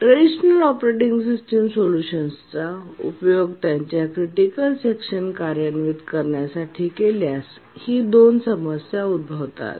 traditional operating system सोल्यूशनचा उपयोग त्यांच्या क्रिटिकल सेक्शन कार्यान्वित करण्यासाठी केल्यास ही दोन समस्या उद्भवतात